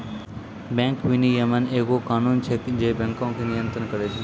bank विनियमन एगो कानून छै जे बैंको के नियन्त्रण करै छै